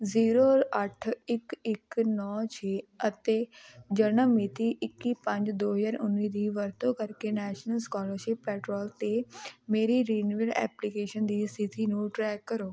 zero ਅੱਠ ਇੱਕ ਇੱਕ ਨੌ ਛੇ ਅਤੇ ਜਨਮ ਮਿਤੀ ਇੱਕੀ ਪੰਜ ਦੋ ਹਜ਼ਾਰ ਉੱਨੀ ਦੀ ਵਰਤੋਂ ਕਰਕੇ ਨੈਸ਼ਨਲ ਸਕਾਲਰਸ਼ਿਪ ਪੈਟਰੋਲ 'ਤੇ ਮੇਰੀ ਰਿਨਿਵੇਲ ਐਪਲੀਕੇਸ਼ਨ ਦੀ ਸਥਿਤੀ ਨੂੰ ਟਰੈਕ ਕਰੋ